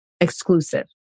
Exclusive